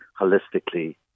holistically